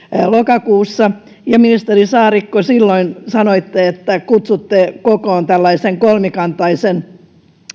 lokakuussa ja ministeri saarikko silloin sanoitte että kutsutte kokoon tällaisen kolmikantaisen